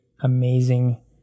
amazing